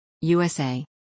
USA